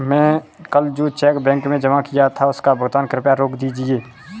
मैं कल जो चेक बैंक में जमा किया था उसका भुगतान कृपया रोक दीजिए